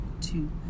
two